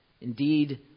Indeed